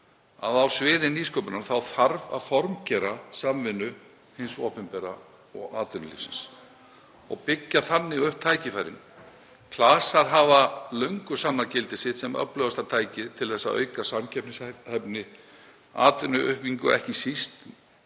að á sviði nýsköpunar þarf að formgera samvinnu hins opinbera og atvinnulífsins og byggja þannig upp tækifærin. Klasar hafa löngu sannað gildi sitt sem öflugasta tækið til að auka samkeppnishæfni og atvinnuuppbyggingu